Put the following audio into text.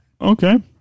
okay